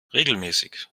regelmäßig